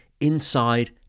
inside